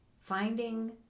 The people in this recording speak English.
finding